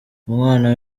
umwana